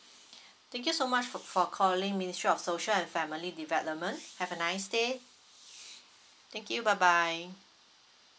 thank you so much for for calling ministry of social and family development have a nice day thank you bye bye